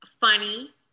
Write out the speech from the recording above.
funny